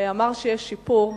אמר שיש שיפור,